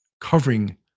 Covering